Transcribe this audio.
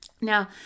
Now